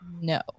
no